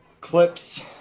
clips